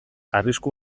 arrisku